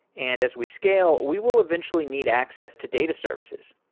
and as we scale, we will eventually need access to data services.